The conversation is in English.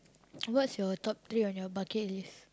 what's your top three on your bucket list